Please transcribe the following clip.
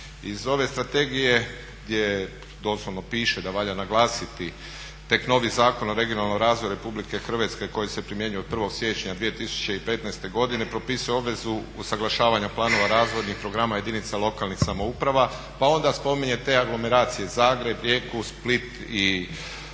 Iz ove strategije gdje doslovno piše da valja naglasiti tek novi Zakon o regionalnom razvoju Republike Hrvatske koji se primjenjuje od 1. siječnja 2015. godine propisuje obvezu usaglašavanja planova razvojnih programa jedinica lokalnih samouprava. Pa onda spominje te anglomeracije Zagreb, Rijeku, Split i Osijek